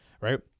right